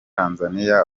tanzania